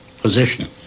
position